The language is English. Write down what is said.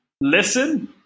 listen